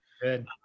Good